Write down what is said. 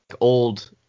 old